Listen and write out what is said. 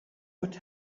would